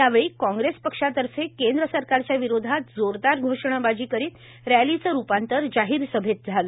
यावेळी काँग्रेस पक्षातर्फे केंद्र सरकारच्या विरोधात जोरदार घोषणाबाजी करीत रॅली चे रूपांतर जाहीर सभेत केले